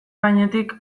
gainetik